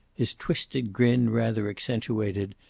his twisted grin rather accentuated,